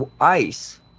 ice